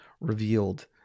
revealed